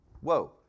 Whoa